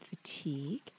fatigue